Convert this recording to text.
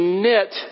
knit